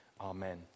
Amen